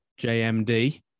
JMD